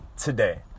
today